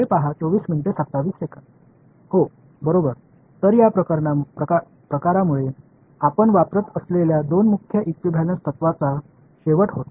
நான் உங்களுக்குச் சொன்ன இந்த குறிப்பிட்ட சா்பேஸ் ஈகியூவேளன்ஸ் கொள்கை அன்பின் லவ்'ஸ் இகுவெளன்ட் Love's equivalent தேற்றத்தின் பெயரால் செல்கிறது